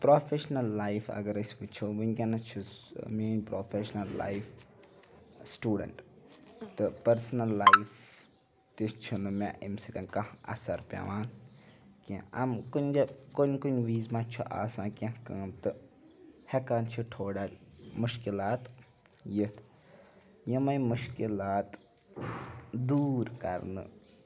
professional life اگر أسۍ وٕچھو وٕنۍکٮ۪نَس چھُس میٛٲنۍ پرٛوفٮ۪شنَل لایف سٹوٗڈَنٛٹ تہٕ پٔرسٕنَل لایف تہِ چھِنہٕ مےٚ اَمہِ سۭتٮ۪ن کانٛہہ اثر پٮ۪وان کینٛہہ اَم کُنہِ جاے کُنہِ کُنہِ وِز ما چھُ آسان کینٛہہ کٲم تہٕ ہٮ۪کان چھِ تھوڑا مُشکلات یِتھ یِمَے مُشکلات دوٗر کَرنہٕ